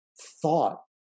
thought